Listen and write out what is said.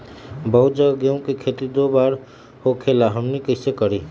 बहुत जगह गेंहू के खेती दो बार होखेला हमनी कैसे करी?